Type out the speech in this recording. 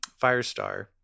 firestar